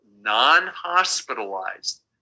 non-hospitalized